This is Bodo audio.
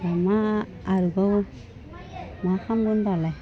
मा आरबाव मा खामगोन दालाय